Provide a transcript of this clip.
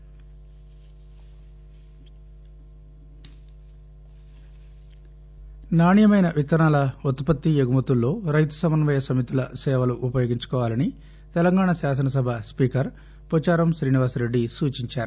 seed నాణ్యమైన విత్తనాల ఉత్పత్తి ఎగుమతుల్లో రైతు సమన్వయ సమితుల సేవలను ఉపయోగించుకోవాలని తెలంగాణ శాసన సభ స్పీకరు పోచారం రీనివాస రెడ్డి సూచించారు